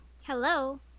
Hello